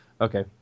Okay